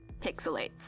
pixelates